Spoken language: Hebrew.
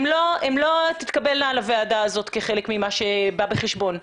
לא תתקבלנה בוועדה הזאת כחלק ממה שבא בחשבון,